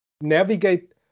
navigate